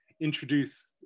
introduce